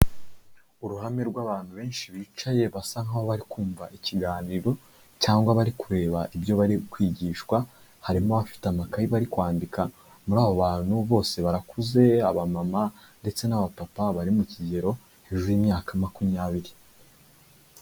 Uruhame rw'abantu benshi bicaye basa nkaho bari kumva ikiganiro cyangwa abari kureba ibyo bari kwigishwa, harimo abafite amakayi bari kwandika, muri abo bantu, bose barakuze, abamama ndetse n'abapapa, bari mu kigero, hejuru y'imyaka makumyabiri.